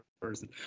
person